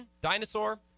dinosaur